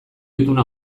ituna